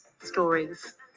stories